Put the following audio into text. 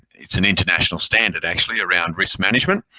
it's an international standard actually around risk management.